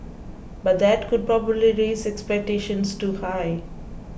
but that could probably raise expectations too high